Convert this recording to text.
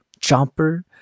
Chomper